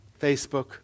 Facebook